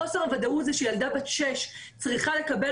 חוסר ודאות זה שילדה בת שש צריכה לקבל